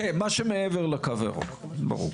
כן, מה שמעבר לקו הירוק, ברור.